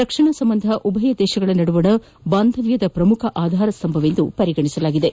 ರಕ್ಷಣಾ ಸಂಬಂಧವು ಉಭಯ ದೇಶಗಳ ನಡುವಿನ ಬಾಂಧವ್ಯದ ಪ್ರಮುಖ ಆಧಾರಸ್ತಂಭವೆಂದು ಪರಿಗಣಿಸಲಾಗಿದೆ